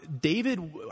David